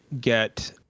get